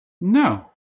No